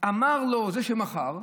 אמר לו זה שמכר: